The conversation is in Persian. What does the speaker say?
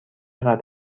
قدر